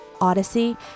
Odyssey